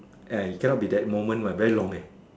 eh you cannot be that moment what very long eh